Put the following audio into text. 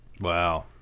Wow